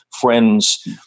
friends